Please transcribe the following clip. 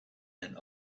and